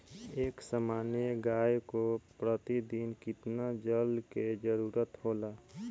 एक सामान्य गाय को प्रतिदिन कितना जल के जरुरत होला?